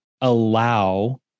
allow